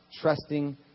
trusting